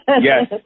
Yes